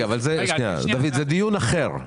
זה דיון אחר.